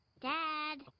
Dad